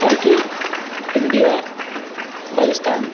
turkey India Pakistan